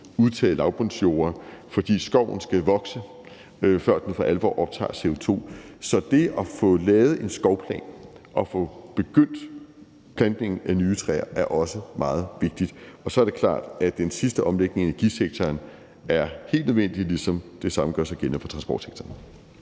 udtage lavbundsjorder, for skoven skal vokse, før den for alvor optager CO2. Så det at få lavet en skovplan og få påbegyndt plantningen af nye træer er også meget vigtigt. Og så er det klart, at den sidste omlægning af energisektoren er helt nødvendig, ligesom det samme gør sig gældende for transportsektoren.